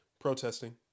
protesting